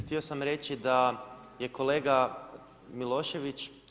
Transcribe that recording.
Htio sam reći da je kolega Milošević…